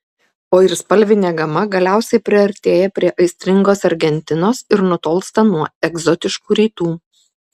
o ir spalvinė gama galiausiai priartėja prie aistringos argentinos ir nutolsta nuo egzotiškų rytų